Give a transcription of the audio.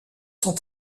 sont